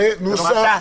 שמעת?